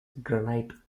granite